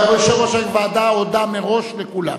אבל יושב-ראש הוועדה הודה מראש לכולם.